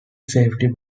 safety